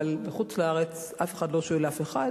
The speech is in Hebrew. אבל בחוץ-לארץ אף אחד לא שואל אף אחד,